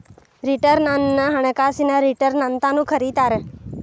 return ಅನ್ನ ಹಣಕಾಸಿನ return ಅಂತಾನೂ ಕರಿತಾರ